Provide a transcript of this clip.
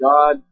God